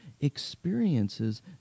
experiences